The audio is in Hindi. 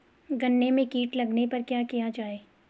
गन्ने में कीट लगने पर क्या किया जाये?